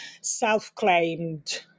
self-claimed